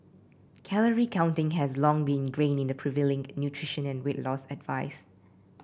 Calorie counting has long been ingrained in the prevailing nutrition and weight loss advice